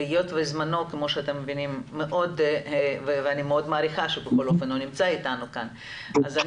אני מאוד מעריכה שהוא נמצא אתנו והיות